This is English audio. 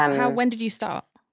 um ah when did you start?